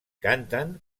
canten